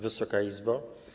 Wysoka Izbo!